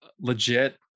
legit